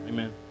Amen